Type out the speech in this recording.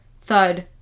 Thud